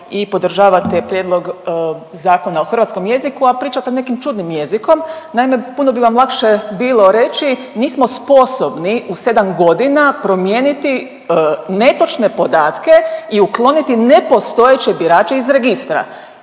i podržavate prijedlog Zakona o hrvatskom jeziku, a pričate nekim čudnim jezikom, naime puno bi vam lakše bilo reći nismo sposobni u 7.g. promijeniti netočne podatke i ukloniti nepostojeće birače iz registra,